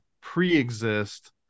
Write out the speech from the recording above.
pre-exist